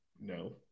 No